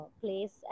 place